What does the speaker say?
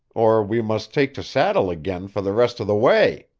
or we must take to saddle again for the rest of the way.